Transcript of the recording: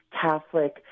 Catholic